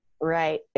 Right